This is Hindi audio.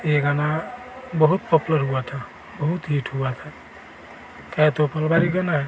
ये गाना बहुत पापुलर हुआ था बहुत हिट हुआ था कह तो गाना है